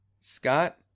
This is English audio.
scott